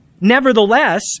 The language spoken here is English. Nevertheless